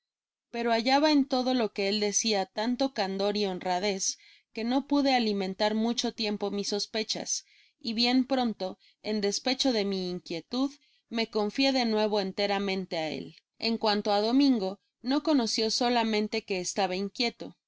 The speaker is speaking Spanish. pero hallaba en todo lo que él decia tanto candor y honradez que no pude alimentar mucho tiempo mis sospechas y bien pronto en despecho de mi inquietud me confié de nuevo enteramente á él en cuanto á domingo no conoció solamente que estaba inquieto el